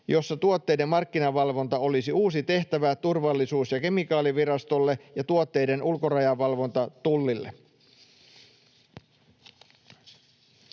jossa tuotteiden markkinavalvonta olisi uusi tehtävä Turvallisuus- ja kemikaalivirastolle ja tuotteiden ulkorajavalvonta Tullille.